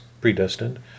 predestined